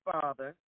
Father